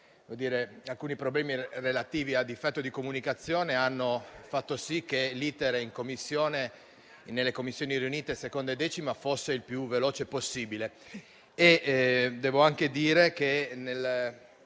alcuni problemi relativi ad un difetto di comunicazione, hanno fatto sì che l'*iter* nelle Commissioni riunite 2a e 10a fosse il più veloce possibile.